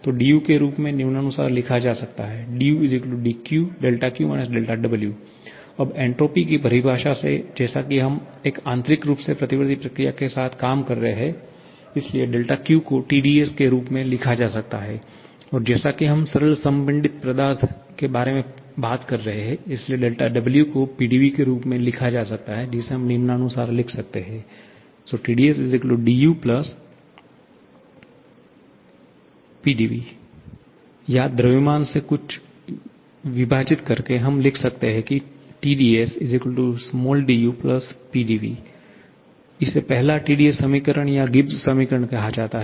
तो dU के रूप में निम्नानुसार लिखा जा सकता है dU δQ − δW अब एन्ट्रापी की परिभाषा से जैसा कि हम एक आंतरिक रूप से प्रतिवर्ती प्रक्रिया के साथ काम कर रहे हैं इसलिए Q को TdS के रूप में लिखा जा सकता है और जैसा कि हम सरल संपीड़ित पदार्थ के बारे में बात कर रहे हैं इसलिए W को PdV के रूप में लिखा जा सकता है जिसे हम निम्नानुसार लिख सकते हैं TdS dU PdV या द्रव्यमान से सब कुछ विभाजित करके हम लिख सकते हैं की Tds du Pdv इसे पहला TdS समीकरण या गिब्स समीकरण कहा जाता है